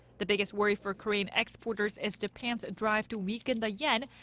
the biggest worry for korean exporters is japan's drive to weaken the yen,